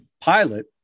pilot